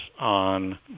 on